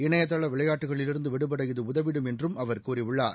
இணையதள விளையாட்டுக்களிலிருந்து விடுபட இது உதவிடும் என்றும் அவர் கூறியுள்ளார்